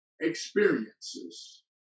experiences